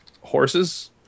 horses